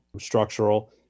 structural